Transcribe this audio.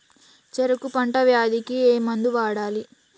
చెరుకు పంట వ్యాధి కి ఏ మందు వాడాలి?